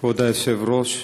כבוד היושב-ראש,